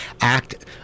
act